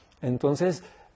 Entonces